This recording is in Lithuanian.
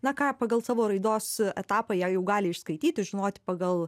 na ką pagal savo raidos etapą jie jau gali išskaityti žinoti pagal